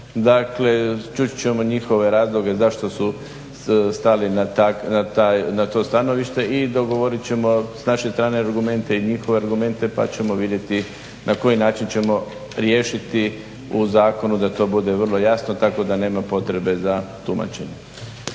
dakle čut ćemo njihove razloge zašto su stali na to stanovište i dogovorit ćemo s naše strane argumente i njihove argumente pa ćemo vidjeti na koji način ćemo riješiti u zakonu da to bude vrlo jasno tako da nema potrebe za tumačenjem.